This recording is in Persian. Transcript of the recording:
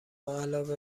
علاوه